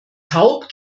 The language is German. taub